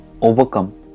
overcome